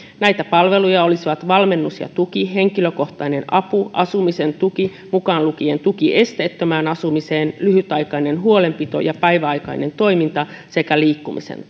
näitä palveluja olisivat valmennus ja tuki henkilökohtainen apu asumisen tuki mukaan lukien tuki esteettömään asumiseen lyhytaikainen huolenpito ja päiväaikainen toiminta sekä liikkumisen